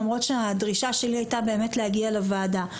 למרות שהדרישה שלי הייתה באמת להגיע לוועדה,